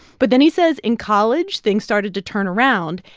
but then he says in college, things started to turn around,